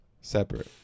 Separate